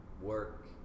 work